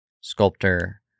sculptor